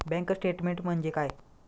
Bank statement म्हणजे काय?